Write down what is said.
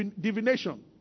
divination